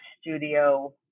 studio